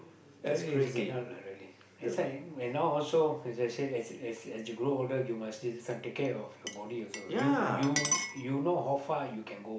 really is cannot lah really that's why even when now also as I said as as as you grow older you must still this one take care of your body also you you you know how far you can go